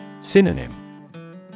Synonym